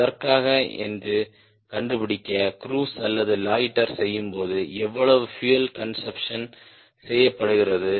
எதற்காக என்று கண்டுபிடிக்க க்ரூஸ் அல்லது லொய்ட்டர் செய்யும் போது எவ்வளவு பியூயல் கன்சம்ப்ஷன் செய்யப்படுகிறது